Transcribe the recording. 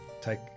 take